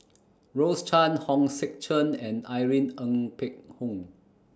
Rose Chan Hong Sek Chern and Irene Ng Phek Hoong